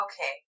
Okay